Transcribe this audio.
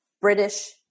British